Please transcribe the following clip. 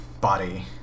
body